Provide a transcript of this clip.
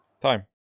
Time